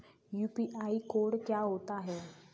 UPI code क्या होता है?